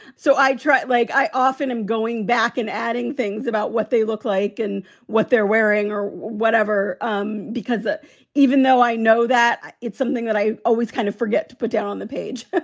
so i try it like i often am going back and adding things about what they look like and what they're wearing or whatever, um because ah even though i know that it's something that i always kind of forget to put down on the page